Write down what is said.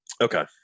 Okay